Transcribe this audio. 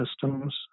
systems